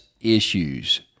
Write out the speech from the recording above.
issues